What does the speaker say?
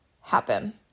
happen